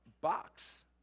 box